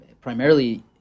primarily